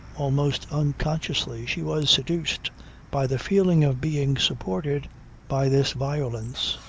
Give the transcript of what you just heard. almost unconsciously she was seduced by the feeling of being supported by this violence.